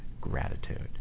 gratitude